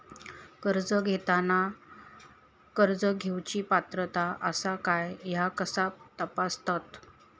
कर्ज घेताना कर्ज घेवची पात्रता आसा काय ह्या कसा तपासतात?